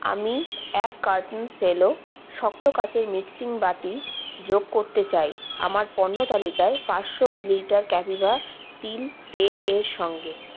আমি এক carton Cello শক্ত কাচের মিক্সিং বাটি যোগ করতে চাই আমার পণ্য তালিকায় পাঁচশো মিলিলিটার ক্যাপিভা তিল তেল এর সঙ্গে